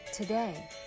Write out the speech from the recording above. Today